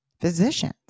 physicians